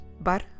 bar